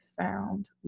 found